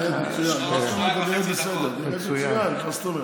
מצוין, מה זאת אומרת.